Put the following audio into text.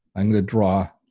i'm gonna draw,